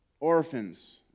Orphans